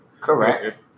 Correct